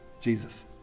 Jesus